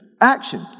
action